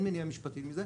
אין מניעה משפטית לזה.